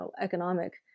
economic